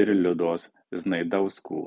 ir liudos znaidauskų